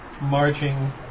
Marching